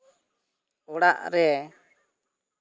ᱚᱲᱟᱜ ᱨᱮ